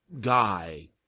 guy